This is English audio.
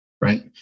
right